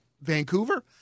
Vancouver